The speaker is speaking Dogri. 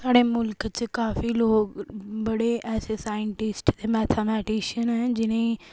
स्हाड़ै मुल्ख च काफी लोग बड़े ऐसे साइंटिस्ट ते मैथामैटिशन ऐ जिनेंगी